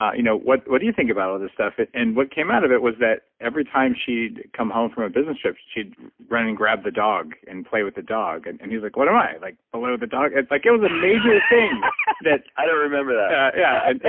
ah you know what what do you think about all this stuff? and what came out of it was that every time she'd come home from a business trip she'd run and grab the dog and play with the dog. and and he's like, what am i? like below the dog? it like it was a major thing i don't remember that yeah,